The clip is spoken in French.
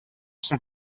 son